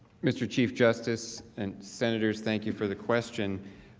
mr. chief justice and senators thank you for the question